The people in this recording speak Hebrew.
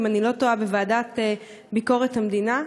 אם אני לא טועה בוועדת ביקורת המדינה,